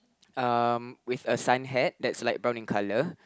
um with a sun hat that's like brown in colour